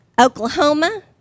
Oklahoma